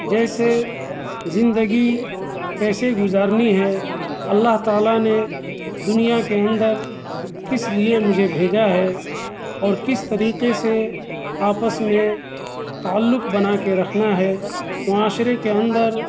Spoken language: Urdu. جيسے زندگى كيسے گزارنى ہے اللّہ تعالىٰ نے دنيا كے اندر كس لیے مجھے بھیجا ہے اور کس طریقے سے آپس میں تعلق بنا کے رکھنا ہے معاشرہ کے اندر